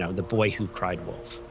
ah the boy who cried wolf.